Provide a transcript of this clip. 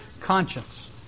conscience